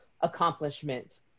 accomplishment